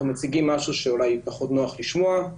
מציגים משהו שאולי פחות נוח לשמוע,